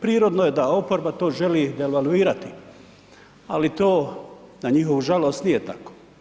Prirodno je da oporba to želi devalvirati ali to na njihovu žalost, nije tako.